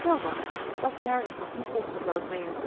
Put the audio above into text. wel dan dat jaar is nog niet om zou ik meenen